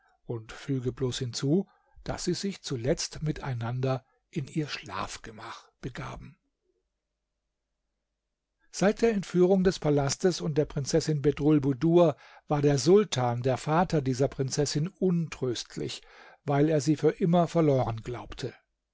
und füge bloß hinzu daß sie sich zuletzt miteinander in ihr schlafgemach begaben seit der entführung des palastes und der prinzessin bedrulbudur war der sultan der vater dieser prinzessin untröstlich weil er sie für immer verloren glaubte